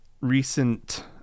Recent